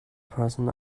person